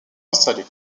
installés